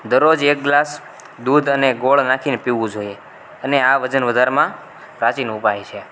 દરરોજ એક ગ્લાસ દૂધ અને ગોળ નાખીને પીવું જોઈએ અને આ વજન વધારવામાં પ્રાચીન ઉપાય છે